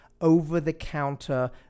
over-the-counter